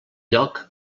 lloc